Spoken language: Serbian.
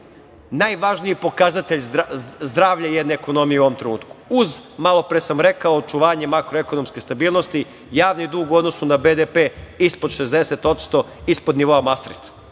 najvažniji pokazatelj zdravlja jedne ekonomije u ovom trenutku, uz malopre sam rekao, očuvanje makroekonomske stabilnosti, javni dug u odnosu na BDP je ispod 60%, ispod nivoa Mastrikta.